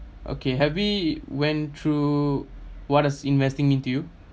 okay have we went through what does investing mean to you